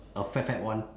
a fat fat one